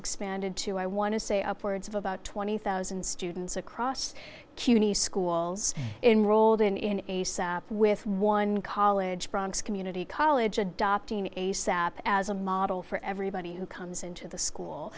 expanded to i want to say upwards of about twenty thousand students across cuny schools in rolled in a set up with one college bronx community college adopting a sap as a model for everybody who comes into the